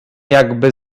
jakby